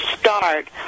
start